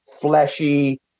fleshy